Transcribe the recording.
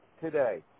today